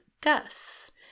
Gus